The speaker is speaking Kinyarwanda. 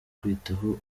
kwitaho